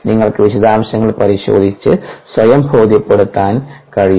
നിങ്ങൾക്ക് വിശദാംശങ്ങൾ പരിശോധിച്ച് സ്വയം ബോധ്യപ്പെടുത്താൻ കഴിയും